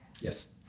Yes